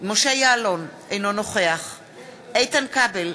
משה יעלון, אינו נוכח איתן כבל,